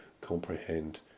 comprehend